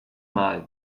mal